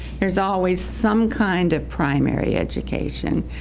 there's always some kind of primary education,